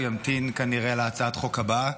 הוא ימתין כנראה להצעת החוק הבאה,